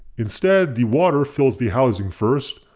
instead the water fills the housing first,